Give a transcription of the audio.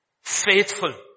Faithful